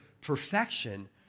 perfection